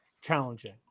challenging